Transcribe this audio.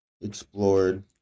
explored